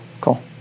cool